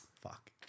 Fuck